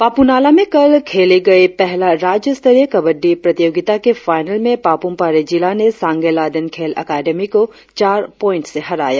पापु नाला में कल खेले गए पहला राज्य स्तरीय कबड़डी प्रतियोगिता के फाइनल में पापुम पारे जिला ने सांगे लाडेन खेल अकादमी को चार पॉईंट से हराया